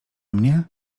mnie